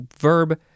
verb